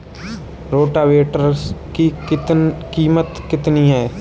Rotavator की कीमत कितनी है?